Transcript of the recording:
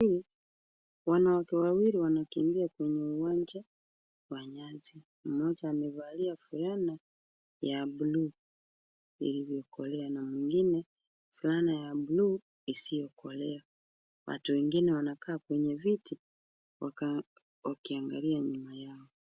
Wanawake wawili wanakimbia kwenye uwanja wa nyasi mmoja amevalia fulana ya bluu iliyokolea na mwingine fulana ya bluu isiyokolea. Watu wengine wanakaa kwenye viti wakiangalia nyuma yao.